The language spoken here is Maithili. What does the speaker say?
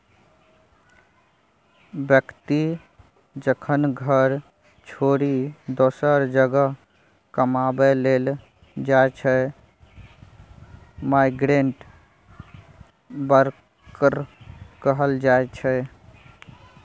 बेकती जखन घर छोरि दोसर जगह कमाबै लेल जाइ छै माइग्रेंट बर्कर कहल जाइ छै